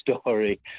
story